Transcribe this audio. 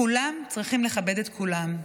כולם צריכים לכבד את כולם.